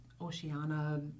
Oceana